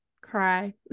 cry